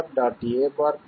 c c'